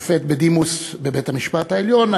שופט בדימוס בבית-המשפט העליון,